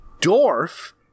Dorf